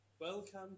welcome